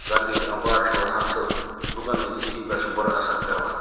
گردِ ہِنٛدۍ اَمبار چھِ وۄتھان تہٕ لوٗکَن ہِنٛز زندگی پٮ۪ٹھ چھُ بُرٕ اثر پیٚوان